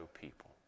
people